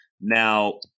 Now